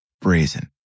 Brazen